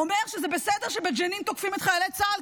הוא אומר שזה בסדר שבג'נין תוקפים את חיילי צה"ל,